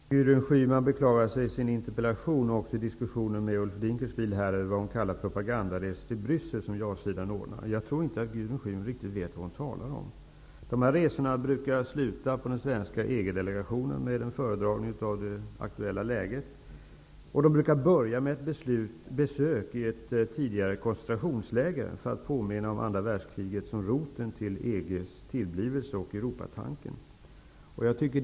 Herr talman! Gudrun Schyman beklagar sig i sin interpellation och också i diskussionen här med Ulf Dinkelspiel över vad hon kallar för propagandaresor till Bryssel som ja-sidan ordnar. Men jag tror att Gudrun Schyman inte riktigt vet vad hon talar om. De här resorna brukar sluta med besök hos den svenska EG-delegationen med en föredragning av det aktuella läget. Vidare brukar de börja med ett besök i ett tidigare koncentrationsläger för att påminna om andra världskriget som roten till EG:s tillblivelse och till Europatanken.